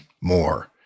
more